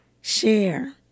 share